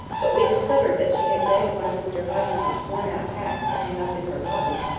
but we discovered that she had begged one of mr hoggins's worn-out hats to hang up in her lobby,